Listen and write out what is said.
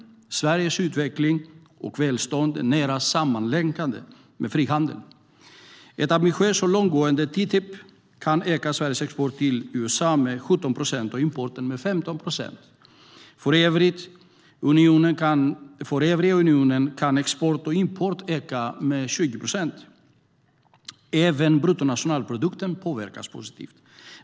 Sveriges utveckling och välstånd är nära sammanlänkade med frihandeln. Ett ambitiöst och långtgående TTIP kan öka Sveriges export till USA med 17 procent och importen med 15 procent. För övriga unionen kan export och import öka med 20 procent. Även bruttonationalprodukten påverkas positivt.